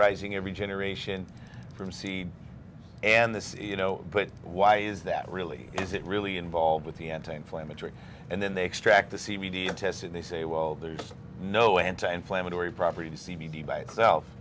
rising every generation from seed and this is you know but why is that really is it really involved with the anti inflammatory and then they extract the c b d test and they say well there's no anti inflammatory properties c b d by itself